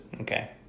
Okay